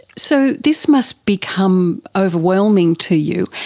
so this must become overwhelming to you.